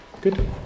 Good